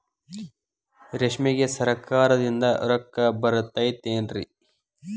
ರೇಷ್ಮೆಗೆ ಸರಕಾರದಿಂದ ರೊಕ್ಕ ಬರತೈತೇನ್ರಿ?